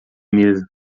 mesa